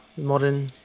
modern